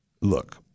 Look